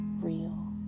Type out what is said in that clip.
real